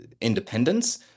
independence